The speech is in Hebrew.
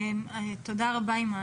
תודה רבה, אימאן.